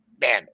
Man